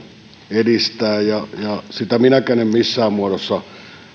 edistää ja sitä minäkään en missään muodossa